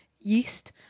yeast